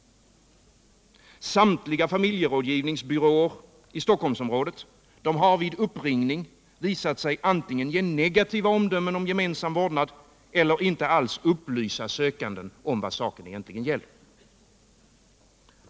Samtliga familjerådgivningsbyråer i Stockholmsområdet har vid uppringning visat sig antingen ge negativa omdömen om gemensam vårdnad eller inte upplysa sökanden om vad saken egentligen gäller.